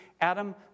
Adam